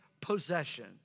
possession